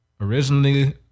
originally